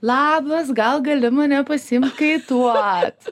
labas gal gali mane pasiimt kaituot